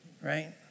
right